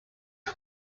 you